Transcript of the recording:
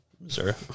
Missouri